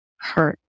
hurt